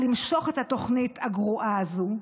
למשוך את התוכנית הגרועה הזו.